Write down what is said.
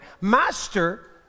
Master